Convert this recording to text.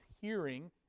hearing